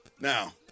Now